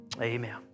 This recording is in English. Amen